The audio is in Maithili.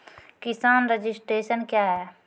किसान रजिस्ट्रेशन क्या हैं?